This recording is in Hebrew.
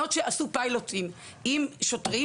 שמדינות שעשו פיילוטים עם שוטרים